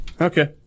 Okay